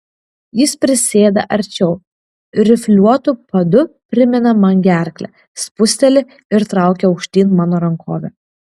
jis prisėda arčiau rifliuotu padu primina man gerklę spūsteli ir traukia aukštyn mano rankovę